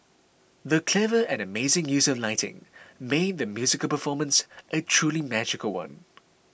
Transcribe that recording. the clever and amazing use of lighting made the musical performance a truly magical one